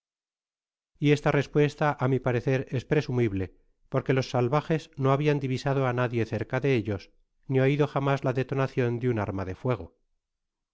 y esta respuesta á mi parecer es presumible porque los salvajes no habian divisado á nadie cerca de ellos ni oido jamás la detonacion de un arma de fuego